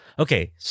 Okay